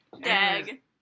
Dag